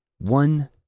One